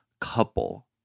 couple